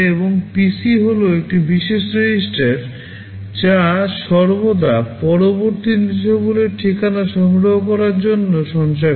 এবং PC হল একটি বিশেষ রেজিস্ট্রার যা সর্বদা পরবর্তী নির্দেশাবলীর ঠিকানা সংগ্রহ করার জন্য সঞ্চয় করে